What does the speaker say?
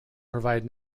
provide